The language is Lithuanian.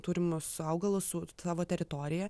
turimus augalus su savo teritoriją